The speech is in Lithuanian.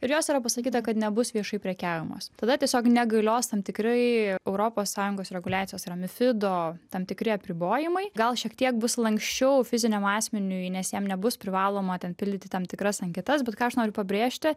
ir jos yra pasakyta kad nebus viešai prekiaujamos tada tiesiog negalios tam tikrai europos sąjungos reguliacijos ramifido tam tikri apribojimai gal šiek tiek bus lanksčiau fiziniam asmeniui nes jam nebus privaloma ten pildyti tam tikras anketas bet ką aš noriu pabrėžti